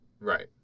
Right